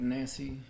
Nancy